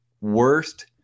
worst